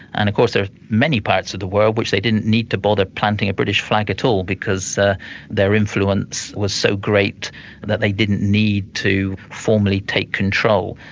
and of course there are many parts of the world which they didn't need to bother planting a british flag at all, because their influence was so great that they didn't need to formally take control.